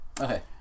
Okay